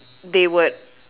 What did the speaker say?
they would